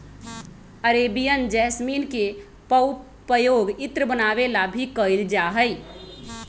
Arabian jasmine के पउपयोग इत्र बनावे ला भी कइल जाहई